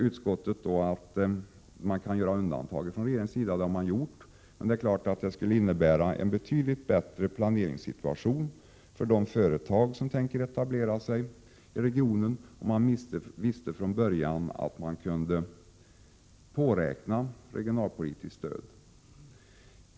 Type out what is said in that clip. Utskottet säger att regeringen kan göra undantag från regeln, och det har man gjort. Men det skulle innebära en betydligt bättre planeringssituation för de företag som tänker etablera sig i regionen om de från början visste att de kan påräkna regionalpolitiskt stöd.